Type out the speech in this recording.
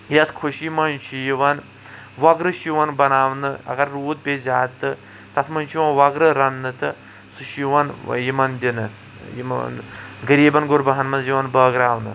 یتھ خوٚشی منٛز چھِ یوان وغرٕ چھِ یوان بناونہٕ اگر روٗد پیٚیہِ زیادٕ تہٕ تتھ منٛز چھِ یوان ؤغرٕ رننہٕ تہٕ سُہ چھِ یوان یِمن دِنہٕ یِمن غریٖبن غُرباہن منٛز یوان بٲگراونہٕ